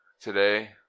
today